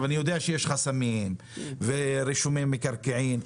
אני יודע שיש חסמים ובעיות ברישומי מקרקעין,